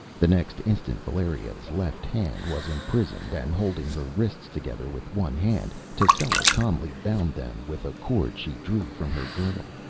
the next instant valeria's left hand was imprisoned, and holding her wrists together with one hand, tascela calmly bound them with a cord she drew from her girdle.